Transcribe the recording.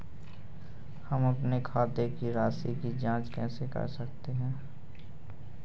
हम अपने खाते की राशि की जाँच कैसे कर सकते हैं?